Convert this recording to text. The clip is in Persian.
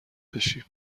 بشیم